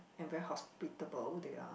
and very hospitable they are